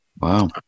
Wow